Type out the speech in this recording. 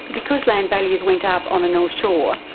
because land values went up on the north shore,